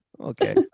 Okay